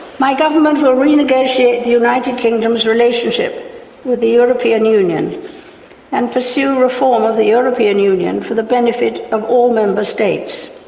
my government will renegotiate the united kingdom's relationship with the european union and pursue reform of the european union for the benefit of all member states.